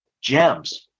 Gems